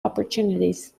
opportunities